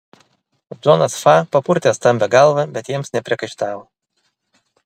džonas fa papurtė stambią galvą bet jiems nepriekaištavo